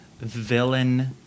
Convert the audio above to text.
Villain